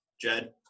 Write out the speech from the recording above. Jed